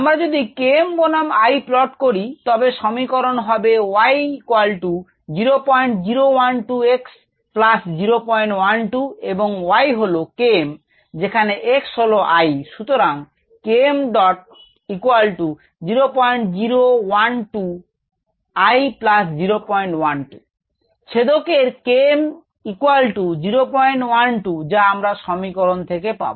আমরা যদি Km বনাম I প্লট করি তবে সমীকরণ হবে y 0012x 012 এবং y হলো Km যেখানে x হল I সুতরাং Km' 0012 I 012 ছেদক এর Km 012 যা আমরা সমীকরণ থেকে পাব